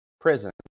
prison